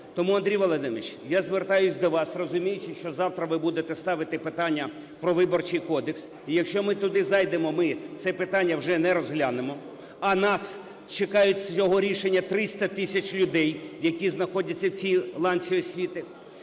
Тому, Андрій Володимировичу, я звертаюсь до вас, розуміючи, що завтра ви будете ставити питання про Виборчий кодекс, і якщо ми туди зайдемо, ми це питання вже не розглянемо, а нас чекають, цього рішення 300 тисяч людей, які знаходяться в цій ланці освіти.